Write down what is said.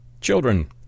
Children